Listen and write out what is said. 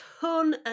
ton